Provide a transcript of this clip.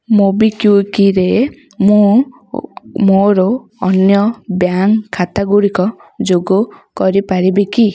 ମୋବିକ୍ଵିକ୍ରେ ମୁଁ ମୋର ଅନ୍ୟ ବ୍ୟାଙ୍କ ଖାତା ଗୁଡ଼ିକୁ ଯୋଗ କରିପାରିବି କି